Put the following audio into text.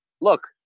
look